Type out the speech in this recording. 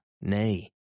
nay